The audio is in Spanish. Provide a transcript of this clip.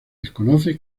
desconoce